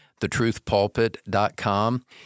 thetruthpulpit.com